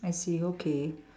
I see okay